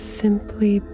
simply